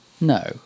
No